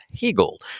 Hegel